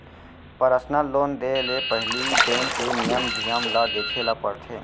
personal loan देय ले पहिली बेंक के नियम धियम ल देखे ल परथे